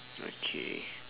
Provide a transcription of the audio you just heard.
okay